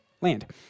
land